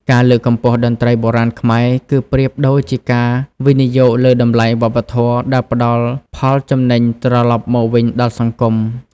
ការលើកកម្ពស់តន្ត្រីបុរាណខ្មែរ គឺប្រៀបដូចជាការវិនិយោគលើតម្លៃវប្បធម៌ដែលផ្ដល់ផលចំណេញត្រឡប់មកវិញដល់សង្គម។